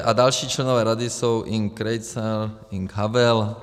A další členové rady jsou Ing. Krejcar, Ing. Havel.